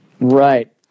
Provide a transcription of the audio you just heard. Right